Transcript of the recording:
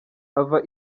ava